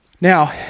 Now